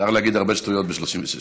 אפשר להגיד הרבה שטויות ב-36 שניות.